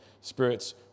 spirits